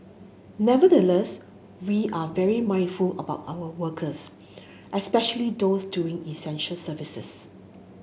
nevertheless we are very mindful about our workers especially those doing essential services